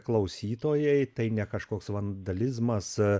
klausytojai tai ne kažkoks vandalizmas